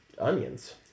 Onions